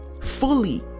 fully